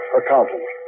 Accountant